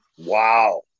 Wow